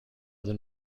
than